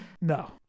no